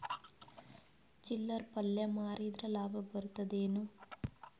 ಚಿಲ್ಲರ್ ಪಲ್ಯ ಮಾರಿದ್ರ ಲಾಭ ಬರತದ ಏನು?